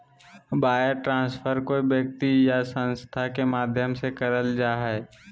wire transfer कोय व्यक्ति या संस्था के माध्यम से करल जा हय